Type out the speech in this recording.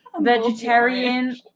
vegetarian